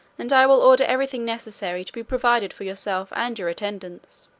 and i will order everything necessary to be provided for yourself and your attendants.